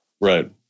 Right